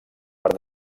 per